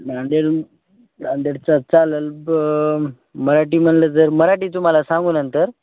नांदेड नांदेडचा चालंल ब मराठी म्हटलं जर मराठी तुम्हाला सांगू नंतर